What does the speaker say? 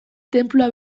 tenplua